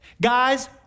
Guys